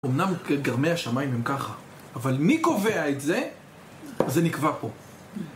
אמנם גרמי השמיים הם ככה, אבל מי קובע את זה? זה נקבע פה.